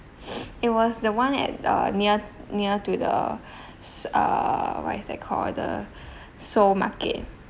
it was the one at uh near near to the uh what is that called the seoul market